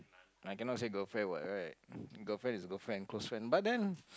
I cannot say girlfriend what right girlfriend is girlfriend close friend but then